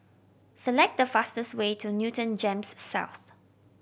select the fastest way to Newton GEMS South